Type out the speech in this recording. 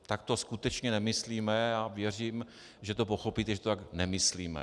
Tak to skutečně nemyslíme a věřím, že to pochopíte, že to tak nemyslíme.